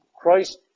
Christ